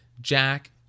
Jack